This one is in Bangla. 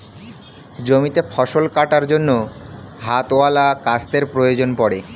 জমিতে ফসল কাটার জন্য হাতওয়ালা কাস্তের প্রয়োজন পড়ে